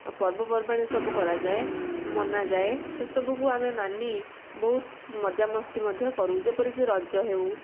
ପର୍ବପର୍ବାଣି ସବୁ କରାଯାଏ ମନାଯାଏ ସେସବୁ କୁ ଆମେ ମାନି ବହୁତ ମଜାମସ୍ତି ମଧ୍ୟ କରୁ ଯେପରିକି ରଜ ହେଉ